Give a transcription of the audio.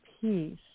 peace